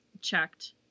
checked